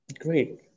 Great